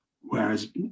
whereas